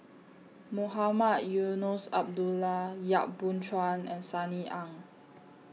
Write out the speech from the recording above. Mohamed Eunos Abdullah Yap Boon Chuan and Sunny Ang